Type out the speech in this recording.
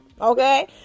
okay